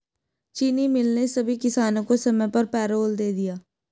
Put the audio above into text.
चीनी मिल ने सभी किसानों को समय पर पैरोल दे दिया